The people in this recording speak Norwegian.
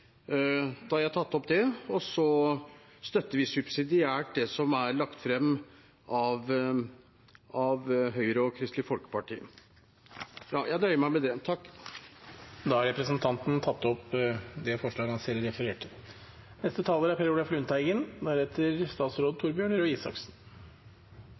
Da har jeg tatt opp det, og vi støtter subsidiært det som er lagt fram av Høyre og Kristelig Folkeparti. Representanten Bjørnar Laabak har tatt opp det forslaget han refererte til. Stillingsvernsaker er krevende, og behandlingen er avklart i lov. Det som er